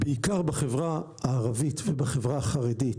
בעיקר בחברה הערבית ובחברה החרדית,